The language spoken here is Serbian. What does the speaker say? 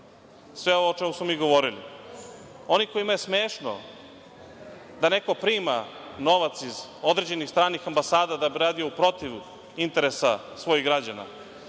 sve ovo o čemu smo mi govorili, oni kojima je smešno da neko prima novac iz određenih stranih ambasada da bi radio protiv interesa svojih građana,